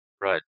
Right